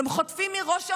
הם חוטפים מראש הממשלה,